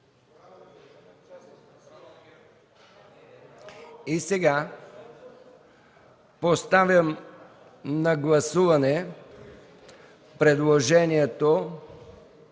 ДПС.) Поставям на гласуване предложението